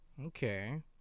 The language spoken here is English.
Okay